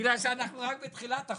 בגלל שאנחנו רק בתחילת החוק,